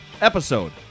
episode